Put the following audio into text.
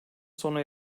sona